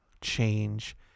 change